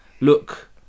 look